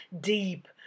deep